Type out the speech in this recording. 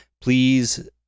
please